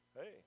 hey